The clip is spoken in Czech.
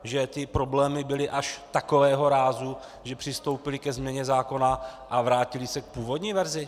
Že ty problémy byly až takového rázu, že přistoupily ke změny zákona a vrátily se k původní verzi?